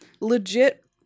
legit